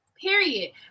period